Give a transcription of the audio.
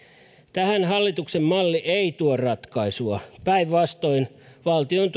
tähän hallituksen malli ei tuo ratkaisua vaan päinvastoin valtion